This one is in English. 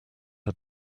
had